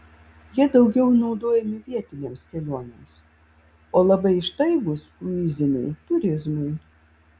jie daugiau naudojami vietinėms kelionėms o labai ištaigūs kruiziniai turizmui